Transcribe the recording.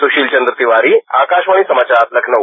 सुशील चन्द्र तिवारी आकाशवाणी समाचार लखनऊ